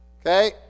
okay